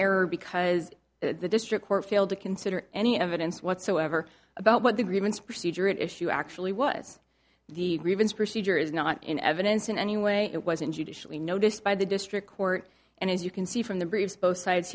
error because the district court failed to consider any evidence whatsoever about what the grievance procedure at issue actually was the grievance procedure is not in evidence in any way it was in judicially notice by the district court and as you can see from the briefs both sides